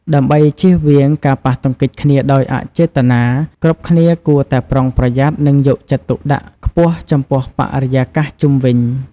ដើម្បីជៀសវាងការប៉ះទង្គិចគ្នាដោយអចេតនា គ្រប់គ្នាគួរតែប្រុងប្រយ័ត្ន និងយកចិត្តទុកដាក់ខ្ពស់ចំពោះបរិយាកាសជុំវិញខ្លួន។